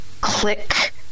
click